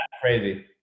Crazy